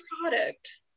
product